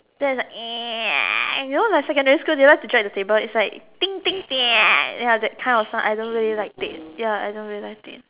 then its like you know the secondary school they like to drag the table its like ya that kind of sound I don't really like it ya I don't really like it